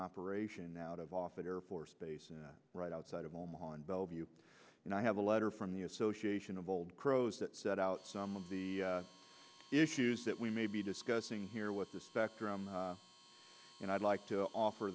operation out of office air force base right outside of on bellevue and i have a letter from the association of old crows that set out some of the issues that we may be discussing here with the spectrum and i'd like to i offer